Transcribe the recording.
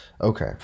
Okay